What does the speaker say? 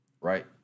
right